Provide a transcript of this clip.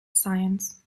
science